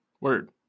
Word